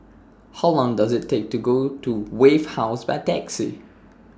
How Long Does IT Take to Go to Wave House By Taxi